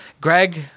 Greg